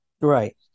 Right